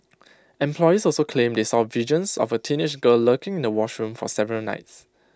employees also claimed they saw visions of A teenage girl lurking in the wash room for several nights